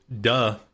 duh